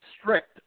strict